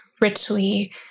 richly